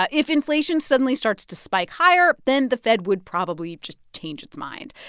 but if inflation suddenly starts to spike higher, then the fed would probably just change its mind.